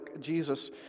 Jesus